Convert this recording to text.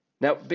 Now